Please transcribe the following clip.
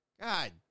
God